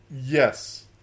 Yes